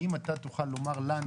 האם אתה תוכל לומר לנו,